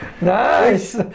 Nice